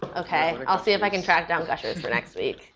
ok. i'll see if i can track down gushers for next week.